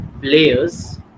players